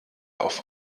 auf